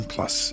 Plus